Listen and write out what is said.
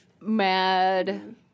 Mad